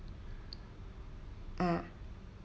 ah